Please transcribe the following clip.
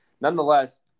nonetheless